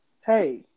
hey